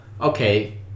okay